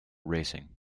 racing